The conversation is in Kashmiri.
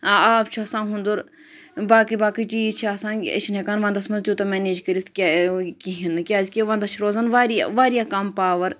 آ آب چھُ آسان ہُنٛدُر باقٕے باقٕے چیٖز چھِ آسان أسۍ چھِنہٕ ہیٚکان وَنٛدَس مَنٛز تیوٗتاہ میٚنیج کٔرِتھ کینٛہہ کِہیٖنۍ نہٕ کیازکہِ وَنٛدَس چھُ روزان واریاہ واریاہ کَم پاوَر